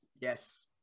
Yes